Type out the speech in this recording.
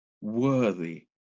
Worthy